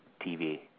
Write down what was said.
TV